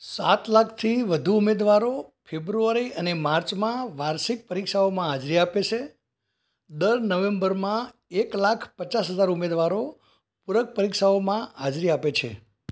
સાત લાખથી વધુ ઉમેદવારો ફેબ્રુઆરી અને માર્ચમાં વાર્ષિક પરીક્ષાઓમાં હાજરી આપે છે દર નવેમ્બરમાં એક લાખ પચાસ હજાર ઉમેદવારો પૂરક પરીક્ષાઓમાં હાજરી આપે છે